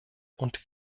und